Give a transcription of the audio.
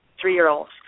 three-year-olds